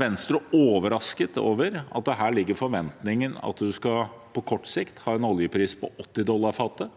Venstre overrasket over at det her ligger en forventning om at man på kort sikt skal ha en oljepris på 80 dollar fatet,